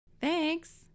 thanks